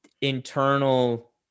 internal